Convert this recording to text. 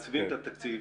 שאלות: